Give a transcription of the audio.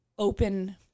open